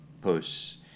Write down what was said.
posts